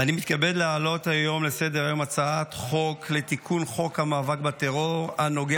אני קובע כי הצעת חוק בתי המשפט (תיקון,